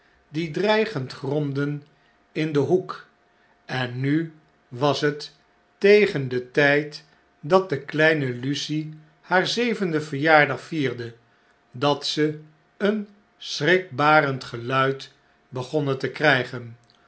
die dreigend gromden in den hoek en nu was het tegen den tjjd dat de kleine lucie haar zevenden verjaardag vierde dat ze een schrikbarend geluid begonnen te krijgen